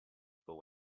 people